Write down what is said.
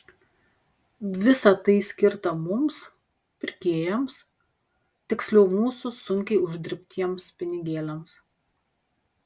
visa tai skirta mums pirkėjams tiksliau mūsų sunkiai uždirbtiems pinigėliams